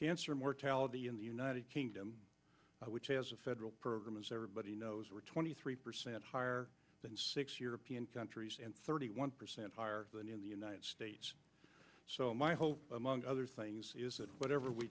cancer mortality in the united kingdom which has a federal program as everybody knows were twenty three percent higher than six year p n countries and thirty one percent higher than in the united states so my hope among other things is that whatever we